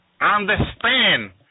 Understand